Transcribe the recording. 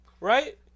Right